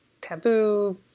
taboo